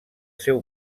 seu